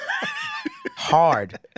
Hard